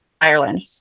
Ireland